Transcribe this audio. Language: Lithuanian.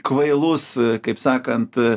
kvailus kaip sakant